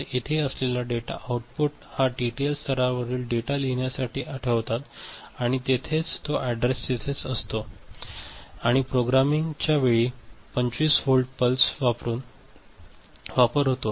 तर इथे असलेला डेटा आउटपुट हा टीटीएल स्तरावरील डेटा लिहिण्यासाठी ठेवतात आणि तिथेच तो ऍडरेस तिथेच असतो आणि प्रोग्रामिंग च्या वेळी 25 व्होल्टच्या पल्स चा वापर होतो